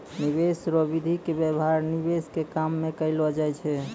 निवेश रो विधि के व्यवहार निवेश के काम मे करलौ जाय छै